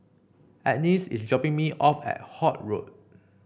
Agness is dropping me off at Holt Road